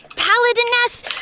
paladiness